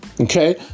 Okay